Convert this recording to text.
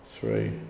three